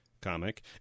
comic